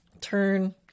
turn